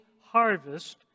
harvest